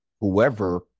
whoever